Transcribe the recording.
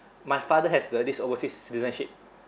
my father has the this overseas citizenship